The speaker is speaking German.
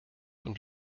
und